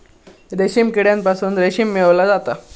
रेशीम किड्यांपासून रेशीम मिळवला जाता